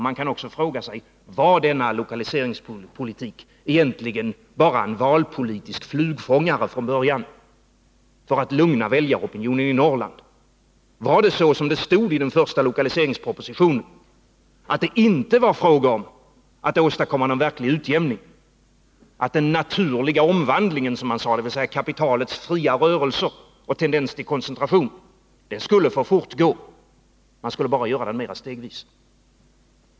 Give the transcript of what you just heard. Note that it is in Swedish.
Man kan också fråga sig: Var denna lokaliseringspolitik från början egentligen bara en valpolitisk flugfångare för att lugna väljaropinionen i Norrland? Var det så som man skrev i den första lokaliseringspolitiska propositionen? Där hette det att det inte var fråga om att åstadkomma någon verklig utjämning, att den naturliga omvandlingen, som man sade, dvs. kapitalets fria rörelser och tendens till koncentration, skulle få fortgå — den skulle bara göras mera stegvis.